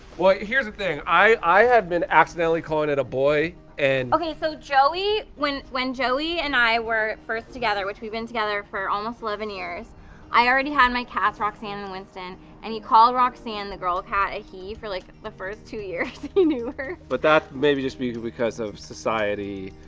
well, here's the thing i i have been accidentally calling it a boy. and okay so joey when when joey and i were first together, which we've been together for almost eleven years i already had my cats roxanne and winston and he called roxanne the girl cat a he for like the first two years he knew her but that may be just because of society